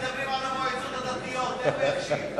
הם מדברים על המועצות הדתיות, איך הוא יקשיב?